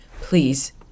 Please